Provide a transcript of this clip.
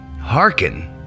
Hearken